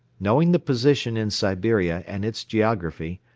knowing the position in siberia and its geography,